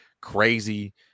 crazy